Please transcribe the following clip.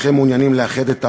אם אינכם מעוניינים לאחד את העם,